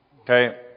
Okay